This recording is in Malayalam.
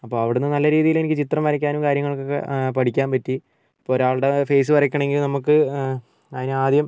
അപ്പോൾ അവിടുന്ന് നല്ല രീതിയിൽ എനിക്ക് ചിത്രം വരയ്ക്കാനും കാര്യങ്ങൾക്കുമൊക്കെ പഠിക്കാൻ പറ്റി ഇപ്പോൾ ഒരാളുടെ ഫേസ് വരയ്ക്കണമെങ്കിൽ നമുക്ക് ആ അതിന് ആദ്യം